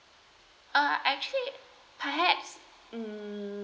uh actually perhaps